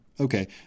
okay